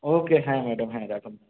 ও কে হ্যাঁ ম্যাডাম হ্যাঁ রাখুন